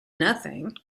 nothing